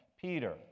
Peter